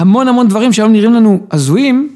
המון המון דברים שהיום נראים לנו הזויים.